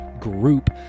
group